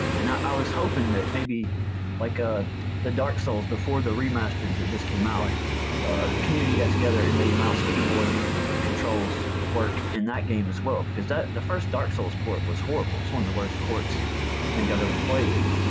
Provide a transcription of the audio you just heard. and i i was hoping that maybe like ah the dark souls, before the remaster that just came out, the community got together and made mouse keyboard controls work in that game as well. because the first dark souls port was horrible. it's one of the worst ports i think i've ever played.